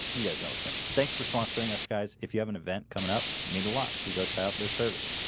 you guys know so thanks for sponsoring us guys if you have an event coming up made a lot if you go try out their service